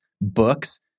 books